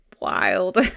wild